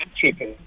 chicken